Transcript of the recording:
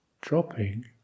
dropping